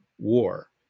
war